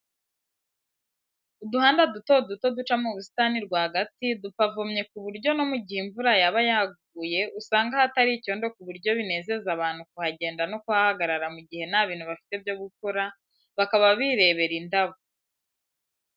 Uduhanda duto duto duca mu busitani rwagati, dupavomye ku buryo no mu gihe imvura yaba yaguye usanga hatari icyondo ku buryo binezeza abantu kuhagera no kuhahagarara mu gihe nta bintu bafite byo gukora bakaba birebera indabo.